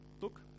Look